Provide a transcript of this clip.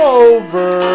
over